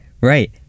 Right